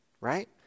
right